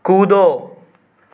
कूदो